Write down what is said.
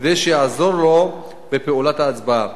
כדי שיעזור לו בפעולת ההצבעה.